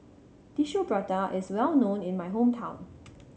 Tissue Prata is well known in my hometown